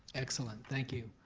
excellent, thank you.